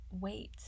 wait